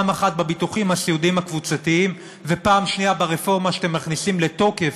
גם בביטוחים הסיעודיים הקבוצתיים וגם ברפורמה שאתם מכניסים לתוקף,